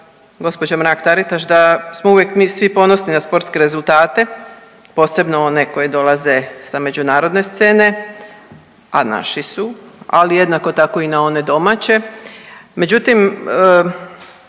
gospođa Mrak Taritaš da smo uvijek mi svi ponosni na sportske rezultate, posebno one koji dolaze sa međunarodne scene, a naši su, ali jednako tako i na one domaće.